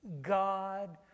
God